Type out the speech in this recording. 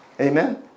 amen